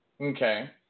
okay